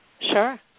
Sure